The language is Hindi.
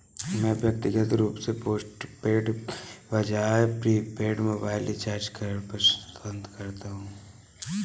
मैं व्यक्तिगत रूप से पोस्टपेड के बजाय प्रीपेड मोबाइल रिचार्ज पसंद करता हूं